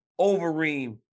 Overeem